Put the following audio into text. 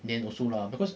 then also lah because